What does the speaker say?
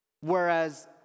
Whereas